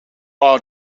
are